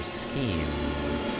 schemes